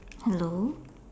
hello